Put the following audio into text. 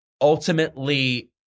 ultimately